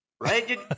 Right